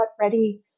ready